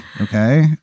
okay